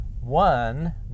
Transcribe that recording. One